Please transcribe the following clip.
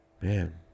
Man